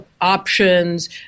options